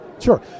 Sure